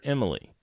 Emily